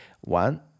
One